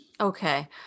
Okay